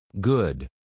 Good